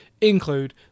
include